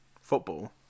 football